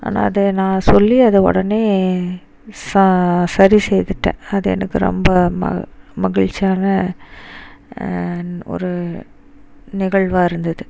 ஆனால் அதை நான் சொல்லி அதை உடனே சா சரி செய்துவிட்டேன் அது எனக்கு ரொம்ப ம மகிழ்ச்சியான ஒரு நிகழ்வாக இருந்தது